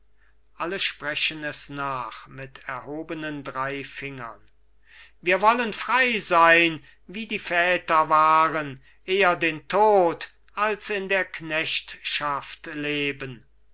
alle sprechen es nach mit erhobenen drei fingern wir wollen frei sein wie die väter waren eher den tod als in der knechtschaft leben